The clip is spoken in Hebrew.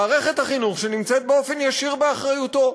שנמצאת באופן ישיר באחריותו.